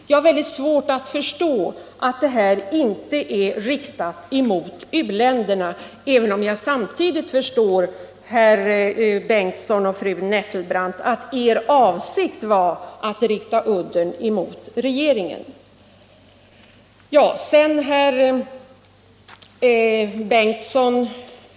Jag har väldigt svårt att förstå att det här inte är riktat mot u-länderna, även om jag samtidigt förstår att herr Bengtsons och fru Nettelbrandts avsikt var att rikta udden mot regeringen. Sedan till herr Bengtson.